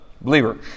believer